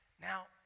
Now